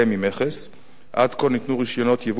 עד כה ניתנו רשיונות ייבוא בהיקף של 1,000 טון